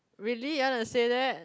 really you wanna say that